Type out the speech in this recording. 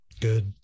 good